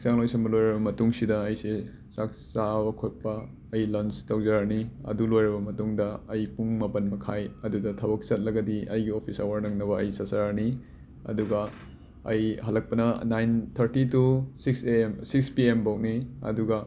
ꯍꯛꯆꯥꯡ ꯂꯣꯏꯁꯟꯕ ꯂꯣꯏꯔꯕ ꯃꯇꯨꯡꯁꯤꯗ ꯑꯩꯁꯦ ꯆꯥꯛ ꯆꯥꯕ ꯈꯣꯠꯄ ꯑꯩ ꯂꯟꯁ ꯇꯧꯖꯔꯅꯤ ꯑꯗꯨ ꯂꯣꯏꯔꯕ ꯃꯇꯨꯡꯗ ꯑꯩ ꯄꯨꯡ ꯃꯥꯄꯟꯃꯈꯥꯏ ꯑꯗꯨꯗ ꯊꯕꯛ ꯆꯠꯂꯒꯗꯤ ꯑꯩꯒꯤ ꯑꯣꯐꯤꯁ ꯑꯋꯥꯔ ꯅꯪꯅꯕ ꯑꯩꯒꯤ ꯆꯠꯆꯔꯅꯤ ꯑꯗꯨꯒ ꯑꯩ ꯍꯜꯂꯛꯄꯅ nine thirty to six A M six P M ꯐꯧꯅꯤ ꯑꯗꯨꯒ